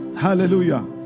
Hallelujah